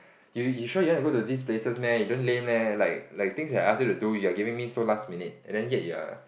you you sure you want to this places meh you don't lame leh like like things I ask you to do you're giving me so last minute and then yet you are